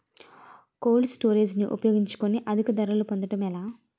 Cold storage ని ఉపయోగించుకొని అధిక ధరలు పొందడం ఎలా?